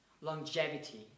longevity